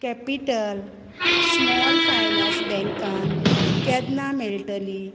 capital small finance बँकान केदना मेळटली